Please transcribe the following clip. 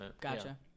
Gotcha